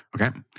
Okay